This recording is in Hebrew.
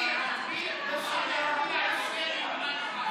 תסביר שמותר להצביע ליותר ממועמד אחד על פי,